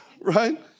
right